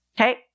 Okay